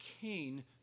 Cain